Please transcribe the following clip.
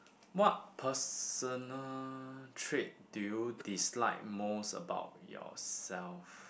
what personal trait do you dislike most about yourself